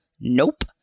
Nope